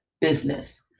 business